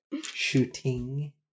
Shooting